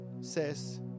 says